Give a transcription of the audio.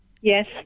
Yes